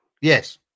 Yes